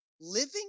living